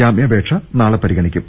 ജാമ്യാപേക്ഷ നാളെ പരിഗണിക്കും